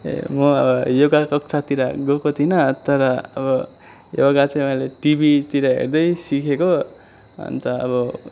ए म योगा कक्षातिर गएको थिइन तर अब योगा चाहिँ मैले टिभीतिर हेर्दै सिकेको अन्त अब